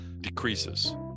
decreases